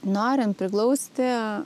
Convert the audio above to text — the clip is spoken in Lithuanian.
norint priglausti